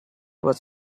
was